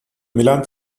milan